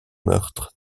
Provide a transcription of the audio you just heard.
meurtre